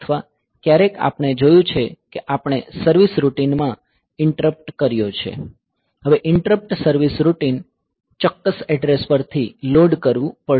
અથવા ક્યારેક આપણે જોયું છે કે આપણે સર્વીસ રૂટિન માં ઈન્ટ્રપ્ટ કર્યો છે હવે ઈન્ટ્રપ્ટ સર્વીસ રૂટિન ચોક્કસ એડ્રેસ પરથી લોડ કરવી પડશે